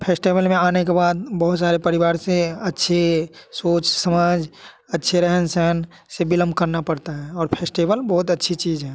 festival में आने के बाद बहुत सारे परिवार से अच्छे सोच समाज अच्छे रहन सहन से विलंब करना पड़ता है और फेस्टेबल बहुत अच्छी चीज है